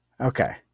Okay